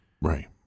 Right